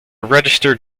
registered